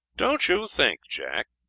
don't you think, jack,